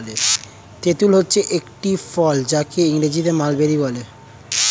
তুঁত হচ্ছে একটি ফল যাকে ইংরেজিতে মালবেরি বলে